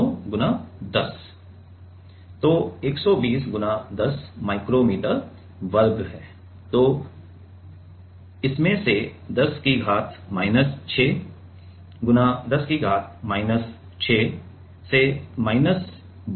तो × १० तो १२० × १० माइक्रोमीटर वर्ग है तो इसमें से १० की घात माइनस ६ × १० की घात माइनस ६ से माइनस १२ आएगा